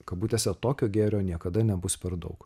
kabutėse tokio gėrio niekada nebus per daug